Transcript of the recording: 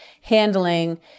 handling